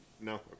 No